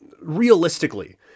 realistically